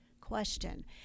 question